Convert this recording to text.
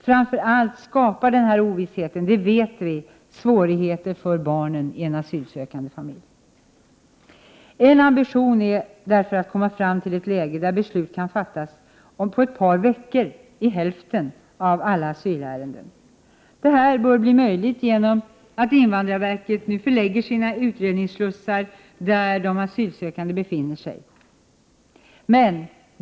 Framför allt skapar denna ovisshet, det vet vi, svårigheter för barnen i en asylsökande familj. En ambition är därför att komma fram till ett läge, där beslut kan fattas på ett par veckor i hälften av alla asylärenden. Detta bör bli möjligt genom att invandrarverket förlägger sina utredningsslussar där de asylsökande befinner sig.